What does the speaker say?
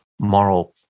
moral